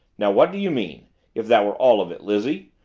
now what do you mean if that were all of it, lizzie?